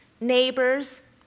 neighbors